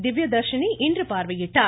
திவ்யதர்ஷினி இன்று பார்வையிட்டார்